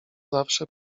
zawsze